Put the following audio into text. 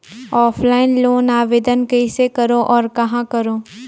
Offline loan आवेदन कइसे करो और कहाँ करो?